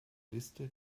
liste